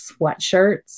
sweatshirts